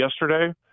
yesterday